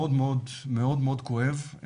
מאוד מאוד כואב.